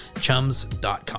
chums.com